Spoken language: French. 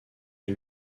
est